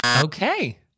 Okay